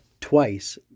twice